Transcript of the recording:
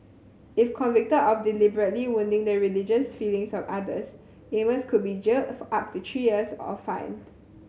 if convicted of deliberately wounding the religious feelings of others Amos could be jailed up to three years or fined